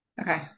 Okay